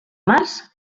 març